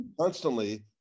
constantly